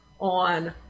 on